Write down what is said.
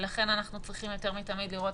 ולכן אנחנו צריכים יותר מתמיד לראות